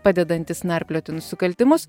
padedantis narplioti nusikaltimus